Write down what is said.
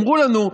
אמרו לנו,